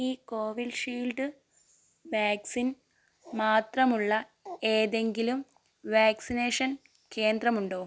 ഈ Covishield vaccine മാത്രമുള്ള ഏതെങ്കിലും വാക്സിനേഷൻ കേന്ദ്രമുണ്ടോ